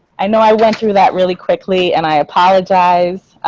i know i went through that really quickly, and i apologize.